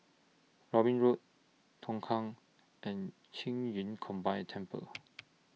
Robin Road Tongkang and Qing Yun Combined Temple